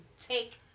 take